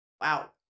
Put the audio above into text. Wow